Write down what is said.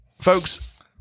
Folks